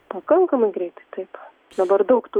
pakankamai greitai taip dabar daug tų